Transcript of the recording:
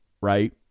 Right